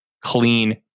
clean